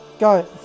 Go